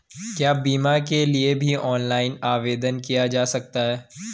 क्या बीमा के लिए भी ऑनलाइन आवेदन किया जा सकता है?